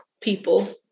people